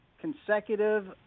consecutive